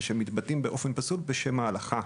ושמתבטאים באופן פסול בשם ההלכה.